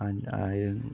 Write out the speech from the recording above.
and ആയിരം